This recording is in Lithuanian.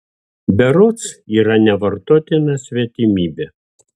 berods yra nevartotina svetimybė